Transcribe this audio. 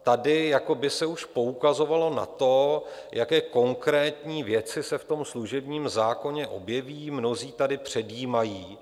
Tady jako by se už poukazovalo na to, jaké konkrétní věci se v tom služebním zákoně objeví, mnozí tady předjímají.